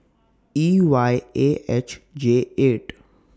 E Y A H J eight